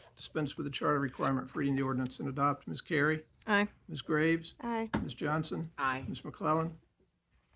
dispense with the charter requirement for reading the ordinance and adopt. ms. carry. aye. ms. graves. aye. ms. johnson. aye. ms. mcclellan.